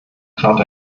trat